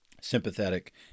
sympathetic